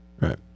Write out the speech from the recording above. Right